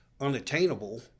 unattainable